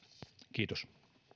kiitos